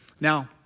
Now